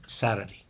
Saturday